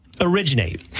originate